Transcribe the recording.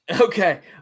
Okay